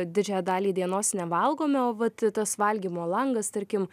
didžiąją dalį dienos nevalgome o vat tas valgymo langas tarkim